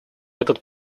этот